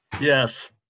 Yes